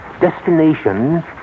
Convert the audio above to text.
Destination